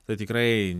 tad tikrai